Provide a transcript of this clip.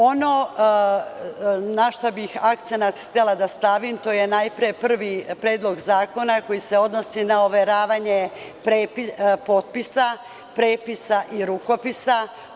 Ono na šta bih htela da stavim akcenat, to je najpre prvi Predlog zakona koji se odnosi na overavanje potpisa, prepisa i rukopisa.